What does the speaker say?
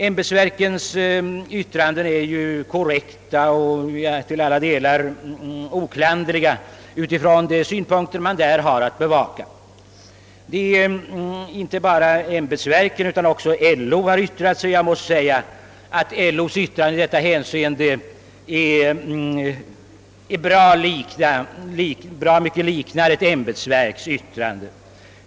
Ämbetsverkens yttranden över de föreliggande motionerna är korrekta och till alla delar oklanderliga ur de synpunkter som verken har att beakta. Även LO har yttrat sig över motionerna. LO:s yttrande liknar i hög grad ett ämbetsverks yttrande.